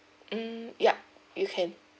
mm yup you can